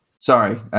Sorry